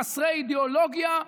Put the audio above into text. חסרי אידיאולוגיה,